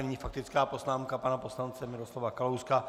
Nyní faktická poznámka pana poslance Miroslava Kalouska.